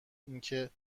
اینکه